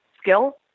skill